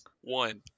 one